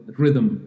rhythm